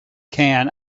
can